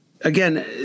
again